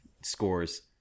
scores